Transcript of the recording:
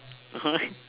why